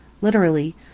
Literally